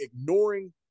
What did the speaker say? ignoring